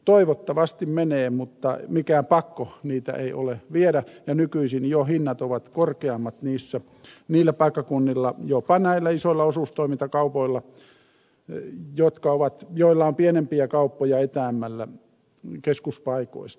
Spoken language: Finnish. toivottavasti menevät mutta mikään pakko niitä ei ole viedä ja nykyisin jo hinnat ovat korkeammat niillä paikkakunnilla jopa näillä isoilla osuustoimintakaupoilla joilla on pienempiä kauppoja etäämmällä keskuspaikoista